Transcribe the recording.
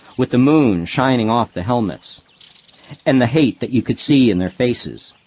with the moon shining off the helmets and the hate that you could see in their faces.